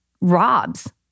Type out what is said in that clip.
robs